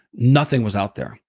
nothing was out there.